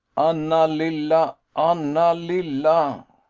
anna lilla! anna lilla!